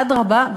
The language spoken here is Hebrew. אדרבה,